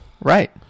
Right